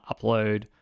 upload